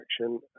action